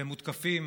והם מותקפים